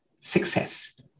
success